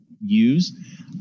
use